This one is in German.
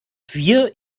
wir